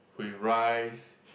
with rice